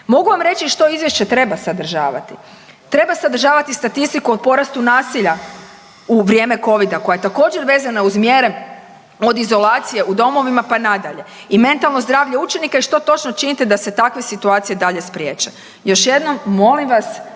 Mogu vam reći što izvješće treba sadržavati, treba sadržavati statistiku o porastu nasilja u vrijeme Covida koja je također vezana uz mjere od izolacije u domovima pa nadalje. I mentalno zdravlje učenika i što točno činite da se takve situacije dalje spriječe. Još jednom molim vas